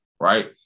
Right